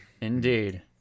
Indeed